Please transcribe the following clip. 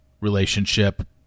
relationship